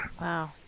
wow